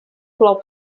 plou